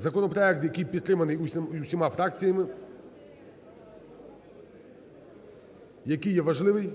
Законопроект, який підтриманий усіма фракціями, який є важливий.